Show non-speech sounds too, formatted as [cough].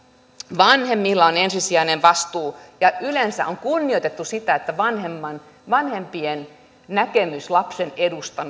vanhemmilla on ensisijainen vastuu ja yleensä on kunnioitettu sitä että vanhempien näkemys lapsen edusta [unintelligible]